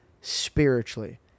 spiritually